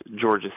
Georgia